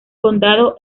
condado